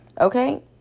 Okay